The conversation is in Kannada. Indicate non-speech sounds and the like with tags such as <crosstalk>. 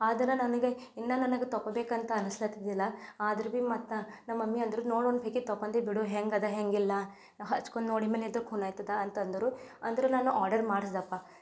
ಆದ್ರೆ ನನಗೆ ಇನ್ನೂ ನನಗೆ ತೊಗೊಬೇಕು ಅಂತ ಅನ್ಸುತ್ತಿದ್ದಿಲ್ಲ ಆದ್ರೂ ಬಿ ಮತ್ತು ನ ನಮ್ಮ ಮಮ್ಮಿ ಅಂದರು ನೋಡು ಒಂದು <unintelligible> ತೊಗೊಂಡೇ ಬಿಡು ಹೆಂಗಿದೆ ಹೇಗಿಲ್ಲ ಹಚ್ಕೊಂಡ್ ನೋಡಿದ ಮೇಲೆ <unintelligible> ಅಂತ ಅಂದರು ಅಂದರು ನಾನು ಆರ್ಡರ್ ಮಾಡ್ಸ್ದ್ನಪ್ಪ